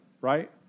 right